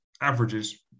averages